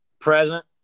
Present